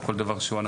או כל דבר שהוא,